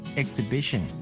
exhibition